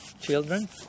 children